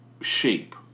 shape